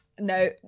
no